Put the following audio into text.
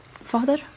Father